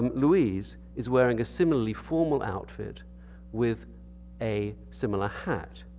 and louise is wearing a similarly formal outfit with a similar hat.